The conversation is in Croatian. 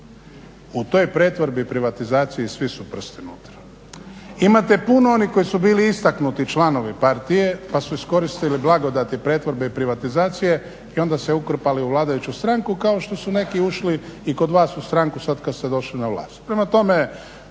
u toj pretvorbi i privatizaciji svi su prsti unutra. Imate puno onih koji su bili istaknuti članovi partije pa su iskoristili blagodati pretvorbe i privatizacije i onda se ukrpali u vladajuću stranku kao što su neki ušli i kod vas u stranku sada kad ste došli na vlast. Prema tome,